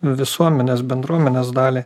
visuomenės bendruomenės dalį